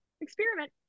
experiment